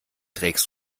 trägst